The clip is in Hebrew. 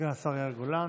סגן השרה יאיר גולן.